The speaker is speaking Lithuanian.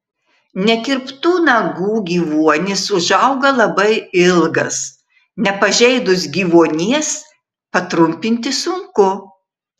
nekirptų nagų gyvuonis užauga labai ilgas nepažeidus gyvuonies patrumpinti sunku